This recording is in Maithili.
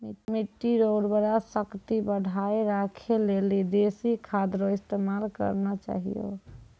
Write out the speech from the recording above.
मिट्टी रो उर्वरा शक्ति बढ़ाएं राखै लेली देशी खाद रो इस्तेमाल करना चाहियो